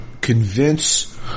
convince